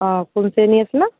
অ' কোন শ্ৰেণী আছিলে